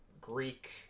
Greek